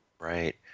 Right